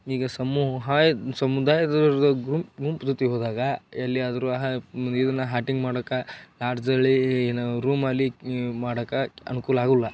ಈಗ ಸಮ್ಮು ಹಾಯ್ ಸಮುದಾಯದವ್ರ ಗುಂಪು ಗುಂಪು ಜೊತೆ ಹೋದಾಗ ಎಲ್ಲಿಯಾದ್ರೂ ಆ ಇದನ್ನು ಹಾಟಿಂಗ್ ಮಾಡಕ್ಕೆ ಲಾಡ್ಜಲ್ಲಿ ಏನೋ ರೂಮಾಗ್ಲಿ ಮಾಡಕ್ಕೆ ಅನ್ಕೂಲ ಆಗಲ್ಲ